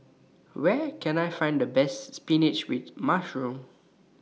Where Can I Find The Best Spinach with Mushroom